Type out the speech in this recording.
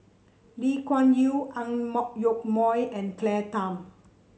Lee Kuan Yew Ang Yoke Mooi and Claire Tham